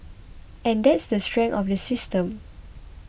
and that's the strength of the system